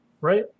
right